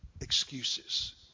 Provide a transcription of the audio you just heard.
excuses